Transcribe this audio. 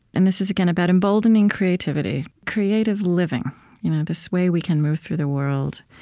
and this is, again, about emboldening creativity, creative living you know this way we can move through the world.